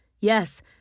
Yes